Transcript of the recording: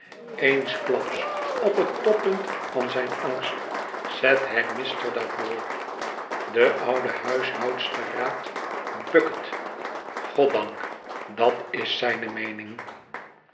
eensklaps op het toppunt van zijn angst zet hij mr daarvoor de oude huishoudster raadt bucket goddank dat is zijne meening